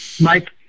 Mike